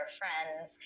friends